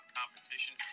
competition